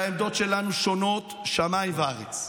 והעמדות שלנו שונות שמיים וארץ.